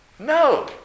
No